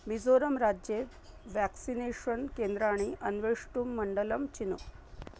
मिज़ोरम् राज्ये व्याक्सिनेषन् केन्द्राणि अन्वेष्टुं मण्डलं चिनु